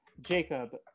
jacob